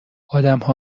آدمها